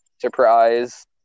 Surprise